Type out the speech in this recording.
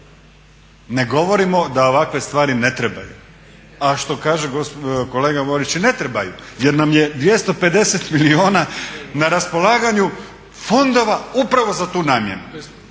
Ne govorimo da ovakve stvari ne trebaju. A što kaže kolega Borić, ne trebaju. Jer nam je 250 milijuna na raspolaganju fondova upravo za tu namjenu,